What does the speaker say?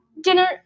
dinner